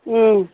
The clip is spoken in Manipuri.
ꯎꯝ